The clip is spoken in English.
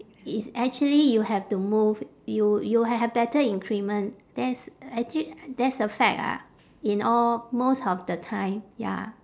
it's actually you have to move you you will have better increment that's actually that's a fact ah in all most of the time ya